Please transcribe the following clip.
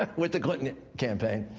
ah with the clinton campaign.